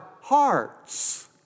hearts